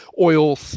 oil